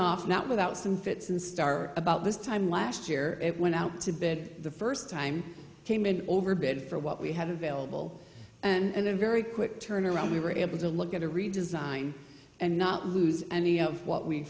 off not without some fits and star about this time last year it went out to bid the first time came in over bid for what we had available and a very quick turnaround we were able to look at a redesign and not lose any of what we